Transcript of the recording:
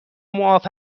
معاف